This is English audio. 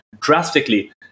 drastically